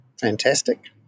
fantastic